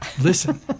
Listen